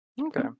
Okay